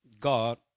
God